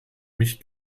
mich